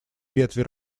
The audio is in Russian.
ветви